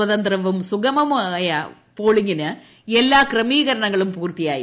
സ്വതന്ത്രവും സുഗമവുമായ പോളിംഗിന് എല്ലാ ക്രമീകരണങ്ങളും പൂർത്തിയായി